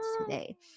today